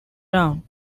town